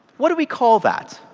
what do we call that?